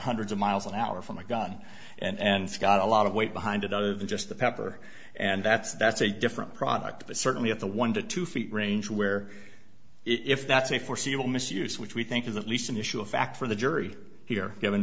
hundreds of miles an hour from the gun and it's got a lot of weight behind it other than just the pepper and that's that's a different product but certainly at the one to two feet range where if that's a foreseeable misuse which we think is at least an issue of fact for the jury here given